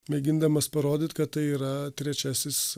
mėgindamas parodyt kad tai yra trečiasis